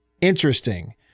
interesting